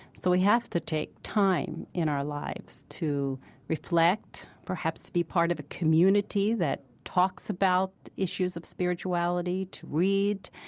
so we have to take time in our lives to reflect, perhaps be part of a community that talks about issues of spirituality, to read.